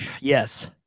Yes